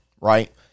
right